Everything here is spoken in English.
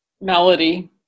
melody